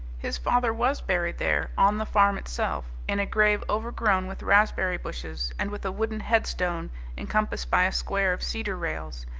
his father was buried there, on the farm itself, in a grave overgrown with raspberry bushes, and with a wooden headstone encompassed by a square of cedar rails,